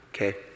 Okay